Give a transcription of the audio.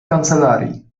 kancelarii